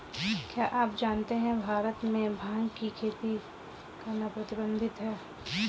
क्या आप जानते है भारत में भांग की खेती करना प्रतिबंधित है?